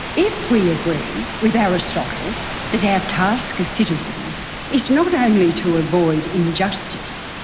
if we agree with aristotle that our task as citizens is not only to avoid injustice,